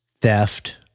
theft